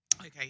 okay